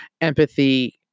empathy